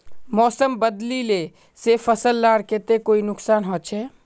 मौसम बदलिले से फसल लार केते कोई नुकसान होचए?